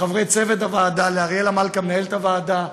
לחברי צוות הוועדה, לאריאלה מלכה, מנהלת הוועדה,